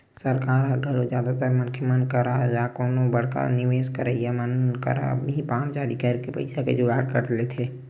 सरकार ह घलो जादातर मनखे मन करा या कोनो बड़का निवेस करइया मन करा ही बांड जारी करके पइसा के जुगाड़ कर लेथे